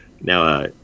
now